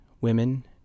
women